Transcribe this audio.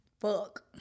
Fuck